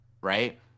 right